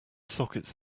sockets